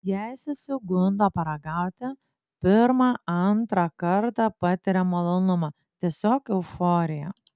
jei susigundo paragauti pirmą antrą kartą patiria malonumą tiesiog euforiją